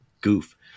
goof